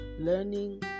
learning